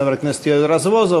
חבר הכנסת יואל רזבוזוב,